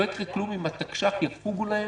שלא יקרה כלום אם התקש"ח יפוגו להם.